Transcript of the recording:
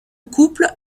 couple